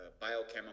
biochemical